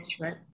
right